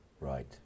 Right